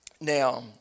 Now